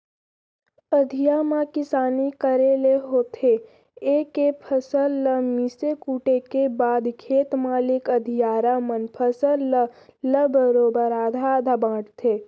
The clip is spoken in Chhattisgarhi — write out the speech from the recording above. अधिया म किसानी करे ले होथे ए के फसल ल मिसे कूटे के बाद खेत मालिक अधियारा मन फसल ल ल बरोबर आधा आधा बांटथें